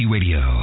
Radio